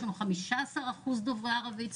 יש לנו 15 אחוזים של דוברי ערבית.